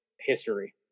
history